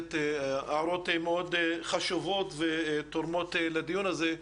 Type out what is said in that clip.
בהחלט הערות מאוד חשובות ותורמות לדיון הזה.